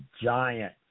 giant